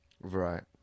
Right